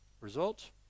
Result